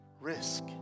risk